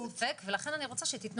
תגידי לי איזה טופס מקוון את שולחת.